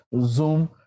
Zoom